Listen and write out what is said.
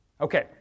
Okay